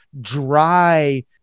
dry